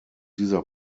dieser